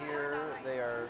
here they are